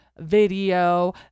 video